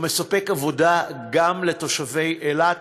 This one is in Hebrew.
הוא מספק עבודה גם לתושבי אילת,